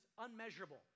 unmeasurable